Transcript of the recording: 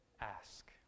ask